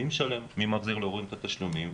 מי מחזיר להורים את התשלומים?